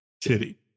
Titty